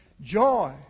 joy